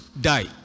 die